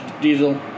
Diesel